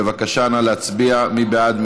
בבקשה, נא להצביע, מי בעד?